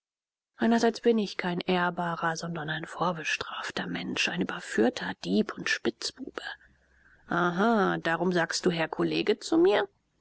einerseits bin ich kein ehrbarer sondern ein vorbestrafter mensch ein überführter dieb und spitzbube ah darum sagst du herr kollege zu mir